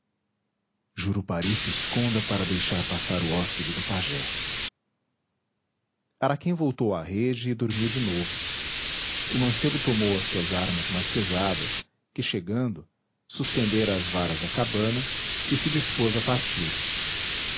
jurupari se esconda para deixar passar o hóspede do pajé araquém voltou à rede e dormiu de novo o mancebo tomou as suas armas mais pesadas que chegando suspendera às varas da cabana e se dispôs a partir